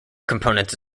components